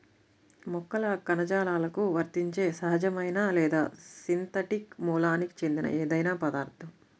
మొక్కల కణజాలాలకు వర్తించే సహజమైన లేదా సింథటిక్ మూలానికి చెందిన ఏదైనా పదార్థం